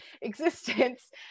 existence